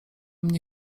mnie